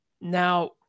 now